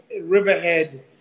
Riverhead